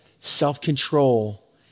self-control